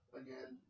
again